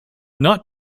not